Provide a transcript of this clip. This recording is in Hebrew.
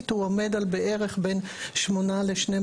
- הוא עומד על בערך בין 8% ל-12%.